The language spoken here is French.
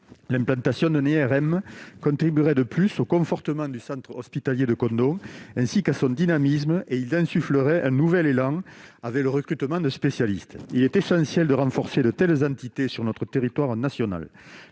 l'implantation d'un IRM contribuerait de plus au confortement du centre hospitalier de Cognos ainsi qu'à son dynamisme et il insufflera un nouvel élan avait le recrutement de spécialistes, il est essentiel de renforcer, de telles entités sur notre territoire national,